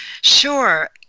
Sure